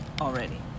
already